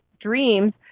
dreams